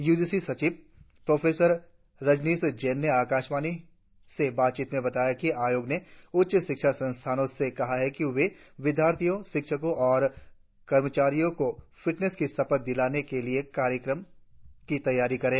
you G C सचिव professor Rajneesh Jain ने आकाशवाणी से बातचीत में बताया कि आयोग ने उच्च शिक्षा संस्थानों से कहा है कि वे विद्यार्थियों शिक्षकों और कर्मचारियों को फिटनेस की शपथ दिलाने के कार्यक्रम की तैयारियां करें